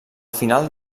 final